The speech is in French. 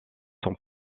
sont